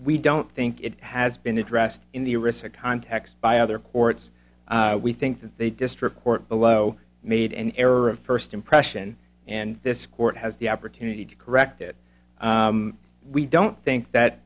we don't think it has been addressed in the respect on text by other courts we think that they district court below made an error of first impression and this court has the opportunity to correct it we don't think that